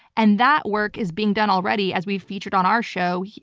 and that work is being done already as we've featured on our show.